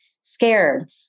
scared